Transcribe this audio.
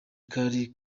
kari